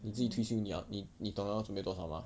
你自己退休你要你你懂要准备多少吗